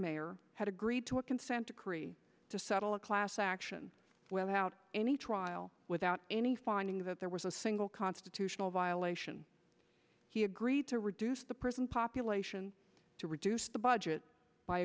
mayor had agreed to a consent decree to settle a class action without any trial without any finding that there was a single constitutional violation he agreed to reduce the prison population to reduce the budget by